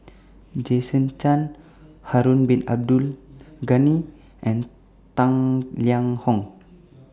Jason Chan Harun Bin Abdul Ghani and Tang Liang Hong